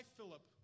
Philip